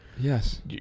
Yes